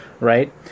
right